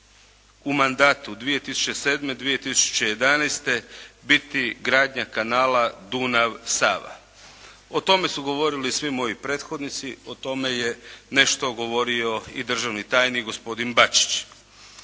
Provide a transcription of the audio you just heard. u mandatu 2007.-2011. biti gradnja kanala Dunav-Sava. O tome su govorili svi moji prethodnici, o tome je nešto govorio i državni tajnik gospodin Bačić.